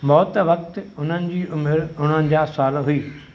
मौति वक़्ति उन्हनि जी उमिरि उणवंजाह साल हुई